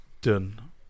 done